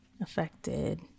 affected